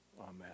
amen